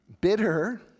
bitter